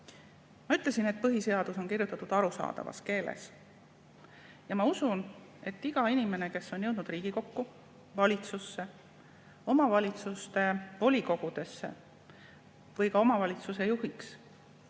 Ma ütlesin, et põhiseadus on kirjutatud arusaadavas keeles. Ma usun, et iga inimene, kes on jõudnud Riigikokku, valitsusse, omavalitsuse volikogusse või ka omavalitsuse juhiks,